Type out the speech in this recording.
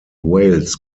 wales